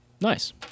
Nice